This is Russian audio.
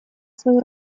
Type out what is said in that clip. свою